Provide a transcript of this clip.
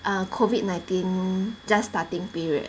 err COVID nineteen just starting period